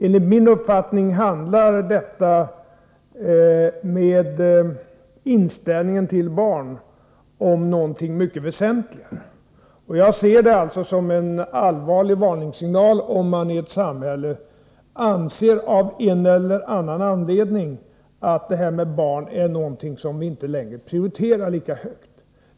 Enligt min uppfattning gäller inställningen till att föda barn någonting mycket väsentligare. Jag ser det alltså som en allvarlig varningssignal, om man i ett samhälle av en eller annan anledning anser att barn är någonting som vi inte längre prioriterar lika högt.